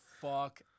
fuck